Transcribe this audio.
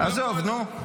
עזוב, נו.